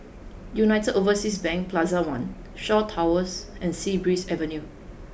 United Overseas Bank Plaza One Shaw Towers and Sea Breeze Avenue